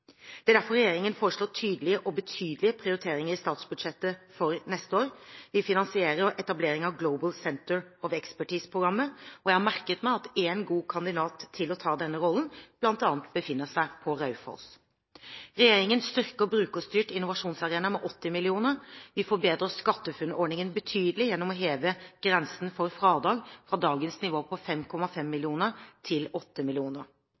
Det er derfor regjeringen foreslår tydelige og betydelige prioriteringer i statsbudsjettet for neste år: Vi finansierer etableringen av Global Centre of Expertise-programmet, og jeg har merket meg at en god kandidat til å ta denne rollen bl.a. befinner seg på Raufoss. Regjeringen styrker Brukerstyrt innovasjonsarena med 80 mill. kr. Vi forbedrer SkatteFUNN-ordningen betydelig gjennom å heve grensen for fradrag fra dagens nivå på 5,5 mill. kr til